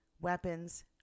weapons